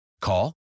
Call